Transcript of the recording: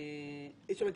זאת אומרת,